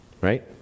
right